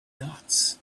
dots